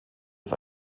ist